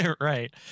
Right